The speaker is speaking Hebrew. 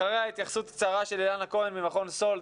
אחריה התייחסות קצרה של אילנה כהן ממכון סאלד,